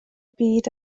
byd